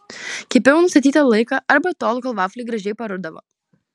kepiau nustatytą laiką arba tol kol vafliai gražiai parudavo